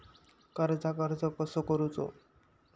कर्जाक अर्ज कसो करूचो?